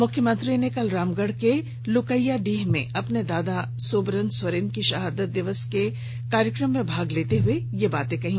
मुख्यमंत्री कल रामगढ़ के लुकइयाटांड में अपने दादा सोबरन सोरेन के शहादत दिवस कार्यक्रम में भाग लेते हुए ये बातें कहीं